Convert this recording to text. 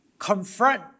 confront